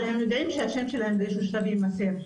אבל הם יודעים שהשם שלהם באיזשהו שלב יימסר.